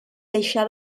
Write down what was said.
deixà